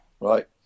right